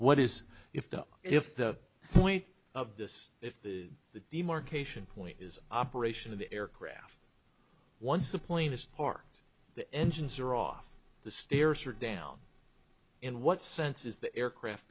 what is if the if the point of this if the the demarcation point is operation of the aircraft once the plane is parked the engines are off the stairs are down in what sense is the aircraft